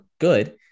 good